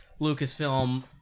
Lucasfilm